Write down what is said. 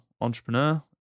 entrepreneur